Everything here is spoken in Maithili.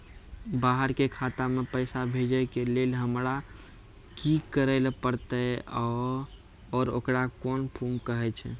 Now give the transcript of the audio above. बाहर के खाता मे पैसा भेजै के लेल हमरा की करै ला परतै आ ओकरा कुन फॉर्म कहैय छै?